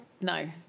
no